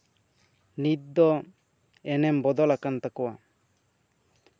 ᱱᱤᱛ ᱫᱚ ᱮᱱᱮᱢ ᱵᱚᱫᱚᱞ ᱟᱠᱟᱱ ᱛᱟᱠᱚᱣᱟ